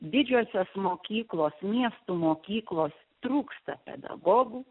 didžiosios mokyklos miestų mokyklos trūksta pedagogų